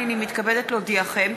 הנני מתכבדת להודיעכם,